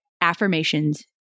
affirmations